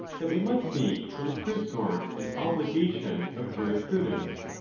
that we must seek for the true source and obligation of jurisprudence.